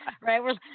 right